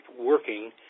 working